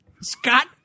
Scott